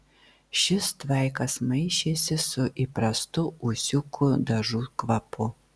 šis tvaikas maišėsi su įprastu ūsiukų dažų kvapu